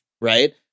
right